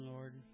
Lord